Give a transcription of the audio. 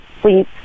please